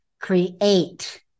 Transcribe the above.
create